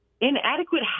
inadequate